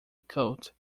cult